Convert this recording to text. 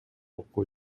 окуу